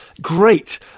great